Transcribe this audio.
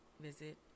visit